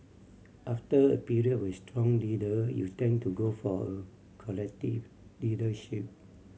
after a period with strong leader you tend to go for a collective leadership